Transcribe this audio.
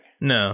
No